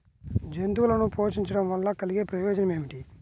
జంతువులను పోషించడం వల్ల కలిగే ప్రయోజనం ఏమిటీ?